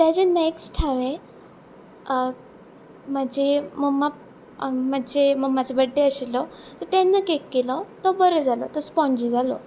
ताजे नॅक्स्ट हांवे म्हाजे मम्मा म्हाजे मम्माचो बड्डे आशिल्लो सो तेन्ना केक केलो तो बरो जालो तो स्पोन्जी जालो